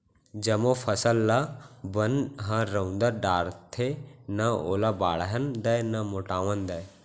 जमो फसल ल बन ह रउंद डारथे, न ओला बाढ़न दय न मोटावन दय